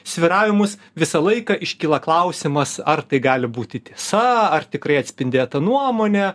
svyravimus visą laiką iškyla klausimas ar tai gali būti tiesa ar tikrai atspindėta nuomonė